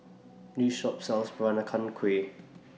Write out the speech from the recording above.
This Shop sells Peranakan Kueh